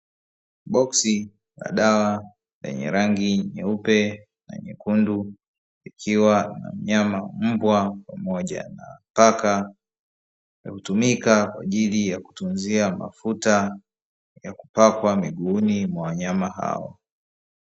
Boksi la dawa lenye rangi nyeupe na nyekundu, likiwa na mnyama mbwa pamoja na paka linalotumika kwa ajili ya kutunzia mafuta ya kupakwa miguuni mwa wanyama hao.